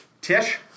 Tish